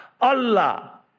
Allah